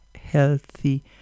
healthy